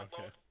Okay